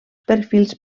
perfils